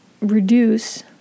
reduce